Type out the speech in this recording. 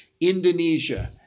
Indonesia